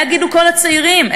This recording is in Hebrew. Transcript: מה יגידו כל הצעירים?